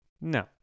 No